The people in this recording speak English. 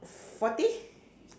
forty